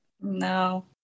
No